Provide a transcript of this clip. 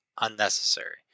unnecessary